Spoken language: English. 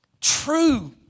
True